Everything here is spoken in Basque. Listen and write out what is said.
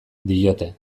diote